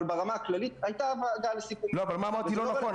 אבל ברמה הכללית --- לא, אבל מה אמרתי לא נכון?